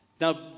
Now